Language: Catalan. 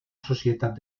societat